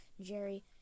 jerry